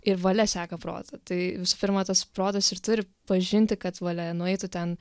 ir valia seka protą tai visų pirma tas protas ir turi pažinti kad valia nueitų ten